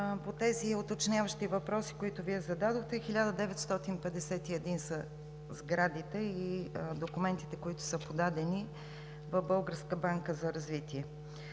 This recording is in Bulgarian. по тези уточняващи въпроси, които Вие зададохте, 1951 са сградите и документите, които са подадени в Българската банка за развитие.